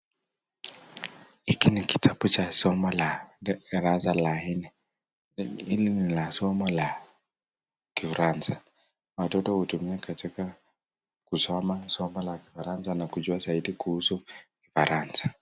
Hiki ni kitabu cha somo la darasa la nne. Hili ni la somo lankifaransa watoto hutumia katika kusoma somo la kifaransa na kujua zaidi kuhusu kifaransa.